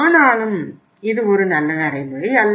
ஆனாலும் இது ஒரு நல்ல நடைமுறை அல்ல